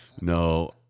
No